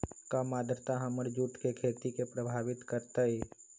कम आद्रता हमर जुट के खेती के प्रभावित कारतै?